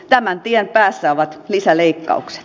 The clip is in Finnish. tämän tien päässä ovat lisäleikkaukset